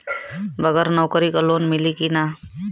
बगर नौकरी क लोन मिली कि ना?